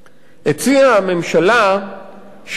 הציעה הממשלה שימונה,